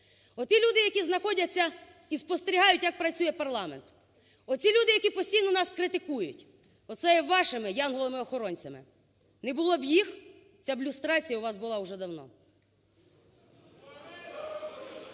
Оті люди, які знаходяться і спостерігають, як працює парламент, оці люди, які постійно нас критикують. Оце є вашими янголами-охоронцями. Не було б їх, ця б люстрація у вас була вже давно.